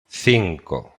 cinco